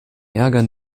ärger